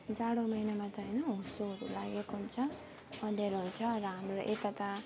जाडो महिनामा त होइन हुस्सोहरू लागेको हुन्छ अँध्यारो हुन्छ र हाम्रो यता त